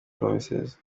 promises